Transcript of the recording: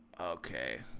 Okay